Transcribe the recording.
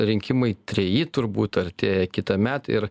rinkimai treji turbūt artėja kitąmet ir